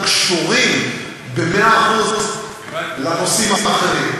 קשורים במאה אחוז לנושאים האחרים.